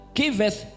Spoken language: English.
giveth